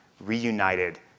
reunited